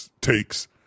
takes